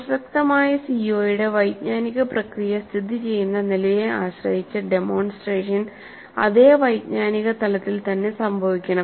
പ്രസക്തമായ സിഒയുടെ വൈജ്ഞാനിക പ്രക്രിയ സ്ഥിതിചെയ്യുന്ന നിലയെ ആശ്രയിച്ച്ഡെമോൺസ്ട്രേഷൻ അതേ വൈജ്ഞാനിക തലത്തിൽ തന്നെ സംഭവിക്കണം